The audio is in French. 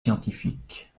scientifique